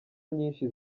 nyinshi